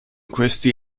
questi